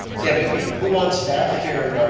yeah maybe who on staff here,